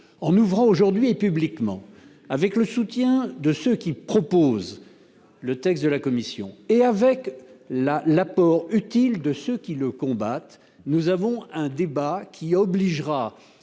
ouvrons aujourd'hui et publiquement, avec le soutien de ceux qui proposent un texte- la commission -et avec l'apport utile de ceux qui le combattent, un débat qui obligera